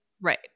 Right